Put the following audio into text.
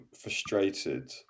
frustrated